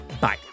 Bye